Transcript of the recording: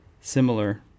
similar